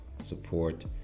support